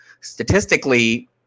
statistically